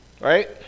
Right